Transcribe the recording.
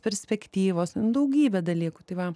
perspektyvos daugybė dalykų tai va